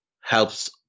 helps